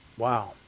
Wow